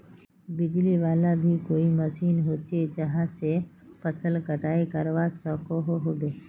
बिजली वाला भी कोई मशीन होचे जहा से फसल कटाई करवा सकोहो होबे?